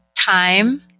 time